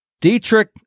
Dietrich